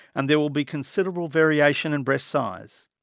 and there will be considerable variation in breast size.